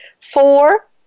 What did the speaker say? four